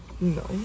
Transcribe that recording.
no